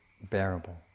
bearable